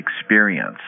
experience